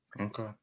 Okay